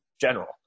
general